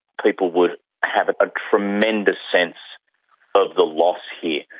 people would have a tremendous sense of the loss here.